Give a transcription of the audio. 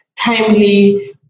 timely